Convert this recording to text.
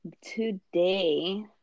today